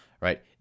right